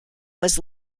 was